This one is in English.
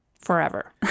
forever